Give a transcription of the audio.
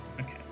Okay